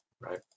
right